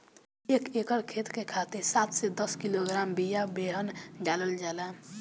एक एकर खेत के खातिर सात से दस किलोग्राम बिया बेहन डालल जाला?